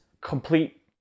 complete